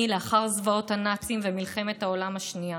לאחר זוועות הנאצים ומלחמת העולם השנייה.